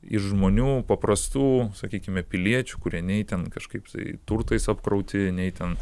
iš žmonių paprastų sakykime piliečių kurie ne itin kažkaip tai turtais apkrauti nei ten